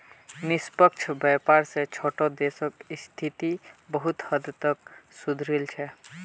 निष्पक्ष व्यापार स छोटो देशक स्थिति बहुत हद तक सुधरील छ